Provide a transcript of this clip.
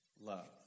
Love